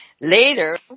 Later